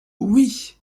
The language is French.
oui